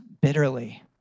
bitterly